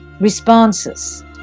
responses